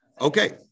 Okay